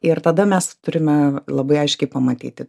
ir tada mes turime labai aiškiai pamatyti